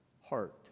heart